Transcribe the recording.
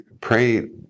pray